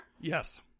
Yes